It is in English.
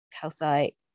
calcite